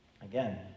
again